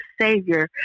savior